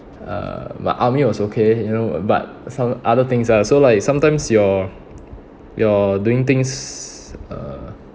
uh my army was okay you know but some other things ah so like sometimes you're you're doing things uh